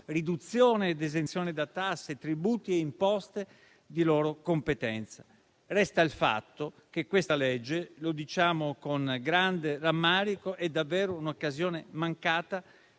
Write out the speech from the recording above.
riduzione ed esenzione da tasse, tributi e imposte di loro competenza. Resta il fatto che questo disegno di legge, lo diciamo con grande rammarico, è davvero un'occasione mancata